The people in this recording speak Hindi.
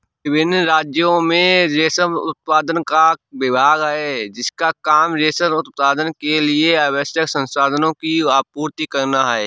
विभिन्न राज्यों में रेशम उत्पादन का विभाग है जिसका काम रेशम उत्पादन के लिए आवश्यक संसाधनों की आपूर्ति करना है